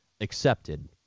accepted